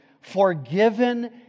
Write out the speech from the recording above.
forgiven